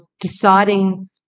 deciding